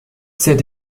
sept